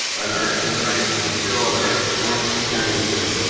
an earth in crisis is still on earth worth returning to.